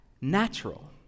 natural